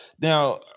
Now